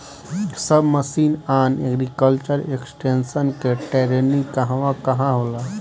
सब mission on agriculture extension मै training कहवा कहा होला?